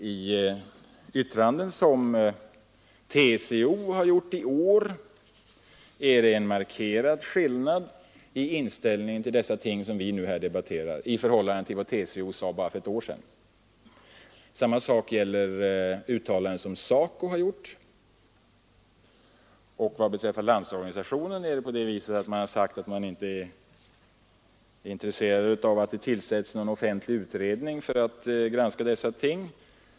I yttranden från TCO i år är det en markerad skillnad i inställningen till de frågor vi nu debatterar jämfört med vad TCO sade för bara ett år sedan. Samma sak gäller om uttalanden som SACO har gjort. Vad Landsorganisationen beträffar har man där sagt att man inte är intresserad av att det tillsätts någon offentlig utredning för att granska dessa frågor.